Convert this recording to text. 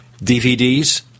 DVDs